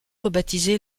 rebaptisé